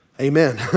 Amen